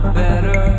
better